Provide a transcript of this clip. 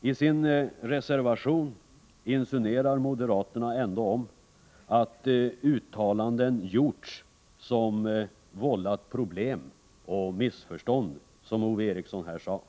I sin reservation insunerar moderaterna att uttalanden gjorts som vållat problem och missförstånd, som Ove Eriksson här sade.